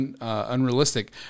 unrealistic